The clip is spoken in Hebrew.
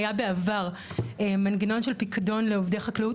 היה בעבר מנגנון של פיקדון לעובדי חקלאות